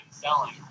selling